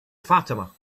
fatima